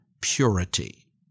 purity